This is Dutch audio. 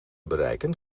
bereiken